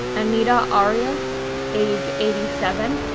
anita arias age eighty seven,